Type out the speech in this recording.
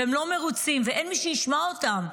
והם לא מרוצים ואין מי שישמע אותם,